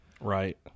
Right